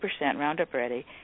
Roundup-ready